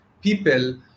people